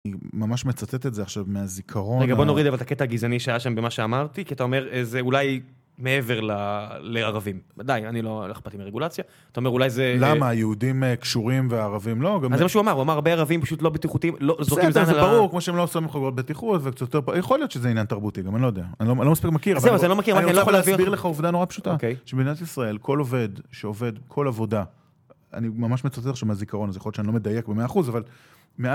אני ממש מצטט את זה עכשיו מהזיכרון. רגע, בוא נוריד אבל את הקטע הגזעני שהיה שם במה שאמרתי, כי אתה אומר, זה אולי מעבר לערבים. וודאי, אני לא אכפת עם הרגולציה. אתה אומר, אולי זה... למה? יהודים קשורים וערבים לא? אז זה מה שהוא אמר, הוא אמר, הרבה ערבים פשוט לא בטיחותיים, לא זורקים זמן על העם. זה ברור, כמו שהם לא עושים מחברות בטיחות, וקצת יותר... יכול להיות שזה עניין תרבותי, גם אני לא יודע. אני לא מספיק מכיר, אבל... זהו, זה לא מכיר. אני לא יכול להסביר לך עובדה נורא פשוטה. שבמדינת ישראל, כל עובד שעובד, כל עבודה, אני ממש מצטט את זה עכשיו מהזיכרון, אז יכול להיות שאני לא מדייק ב-100%, אבל...